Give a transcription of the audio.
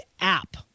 app